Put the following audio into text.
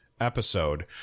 episode